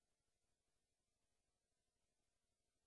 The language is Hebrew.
אז